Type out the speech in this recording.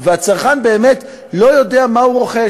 והצרכן באמת לא יודע מה הוא רוכש.